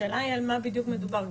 השאלה היא על מה בדיוק מדובר.